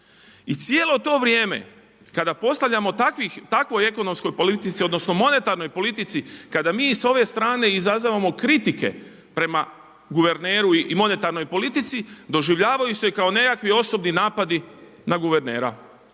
I cijelo to vrijeme kada postavljamo takvoj ekonomskoj politici, odnosno monetarnoj politici, kada mi s ove strane izazovemo kritike prema guverneru i monetarnoj politici doživljavaju se kao nekakvi osobni napadi na guvernera